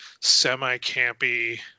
semi-campy